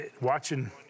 watching